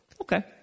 Okay